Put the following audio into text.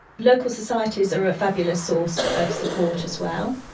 local societies are a fabulous source of support as well.